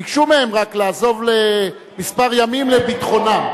ביקשו מהם רק לעזוב לכמה ימים לביטחונם,